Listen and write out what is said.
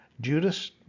Judas